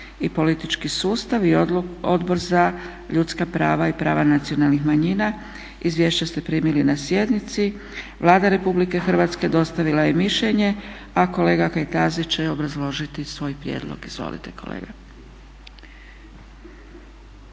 i politički sustav i Odbor za ljudska prava i prava nacionalnih manjina. Izvješća ste primili na sjednici. Vlada Republike Hrvatske dostavila je mišljenje, a kolega Kajtazi će obrazložiti svoj prijedlog. Izvolite kolega.